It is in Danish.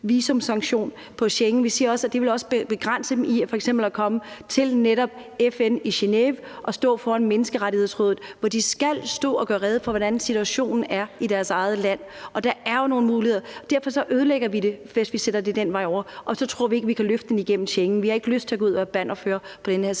visumsanktion i forhold til Schengen. Vi siger også, at det vil begrænse dem i f.eks. at komme til netop FN i Genève og stå foran Menneskerettighedsrådet, hvor de skal stå og gøre rede for, hvordan situationen er i deres eget land. Og der er jo nogle muligheder. Derfor ødelægger vi det, hvis vi sender det den vej over, og så tror vi ikke, at vi kan løfte den igennem Schengen. Vi har ikke lyst til at gå ud og være bannerfører på den her